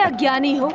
ah ganesh?